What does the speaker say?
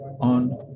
on